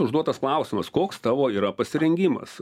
užduotas klausimas koks tavo yra pasirengimas